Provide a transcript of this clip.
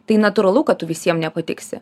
tai natūralu kad tu visiem nepatiksi